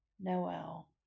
Noel